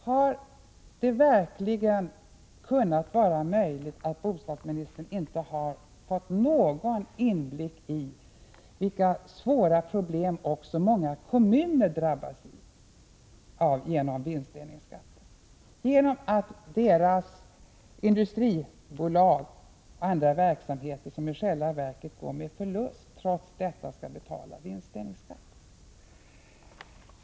Kan det verkligen vara möjligt att bostadsministern inte har fått någon inblick i vilka svåra problem också många kommuner drabbas av genom vinstdelningsskatten, genom att deras industribolag och andra verksamheter, som i själva verket går med förlust, trots detta skall betala vinstdelningsskatt?